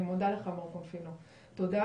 אני מודה לך מר קונפינו, תודה.